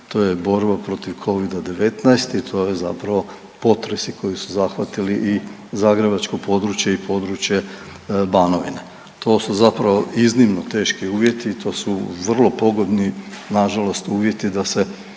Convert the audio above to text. to je borba protiv covida-19 i to je zapravo potresi koji su zahvatili i zagrebačko područje i područje banovine. To su zapravo iznimno teški uvjeti i to su vrlo pogodni nažalost uvjeti da se